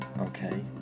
Okay